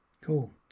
cool